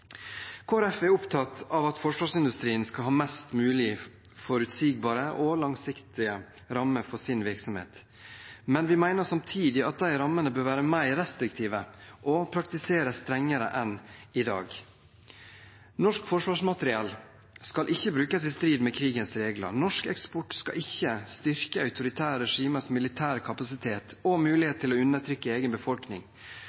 er opptatt av at forsvarsindustrien skal ha mest mulig forutsigbare og langsiktige rammer for sin virksomhet. Samtidig mener vi at de rammene bør være mer restriktive og praktiseres strengere enn i dag. Norsk forsvarsmateriell skal ikke brukes i strid med krigens regler. Norsk eksport skal ikke styrke autoritære regimers militære kapasitet og